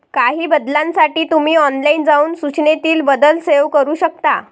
काही बदलांसाठी तुम्ही ऑनलाइन जाऊन सूचनेतील बदल सेव्ह करू शकता